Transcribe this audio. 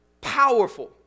Powerful